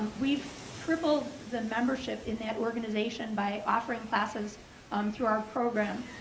we've tripled the membership in that organization by offering classes um through our program.